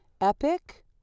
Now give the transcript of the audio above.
Epic